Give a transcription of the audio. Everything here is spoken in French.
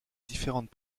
différentes